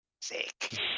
Sick